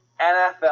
NFL